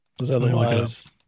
otherwise